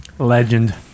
Legend